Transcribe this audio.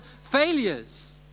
failures